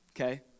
Okay